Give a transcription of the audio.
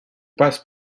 passe